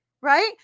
right